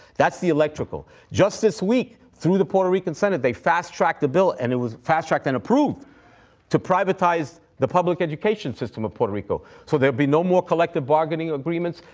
that's the electrical. just this week, through the puerto rican senate, they fast-tracked a bill and it was fast-tracked and approved to privatize the public education system of puerto rico, so there'll be no more collective bargaining agreements,